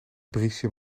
briesje